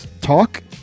talk